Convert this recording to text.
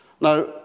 Now